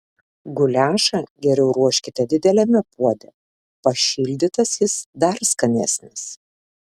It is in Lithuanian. guliašą geriau ruoškite dideliame puode pašildytas jis dar skanesnis